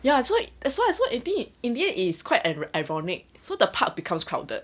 ya so is so is in the in the end is quite an ironic so the park becomes crowded